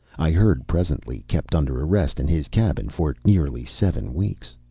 i heard presently, kept under arrest in his cabin for nearly seven weeks.